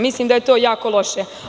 Mislim da je to jako loše.